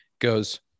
Goes